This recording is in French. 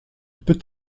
peut